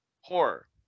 Horror